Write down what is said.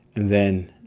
then